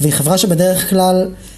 והיא חברה שבדרך כלל...